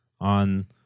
on